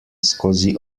skozi